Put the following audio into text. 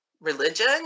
religion